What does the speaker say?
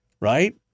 Right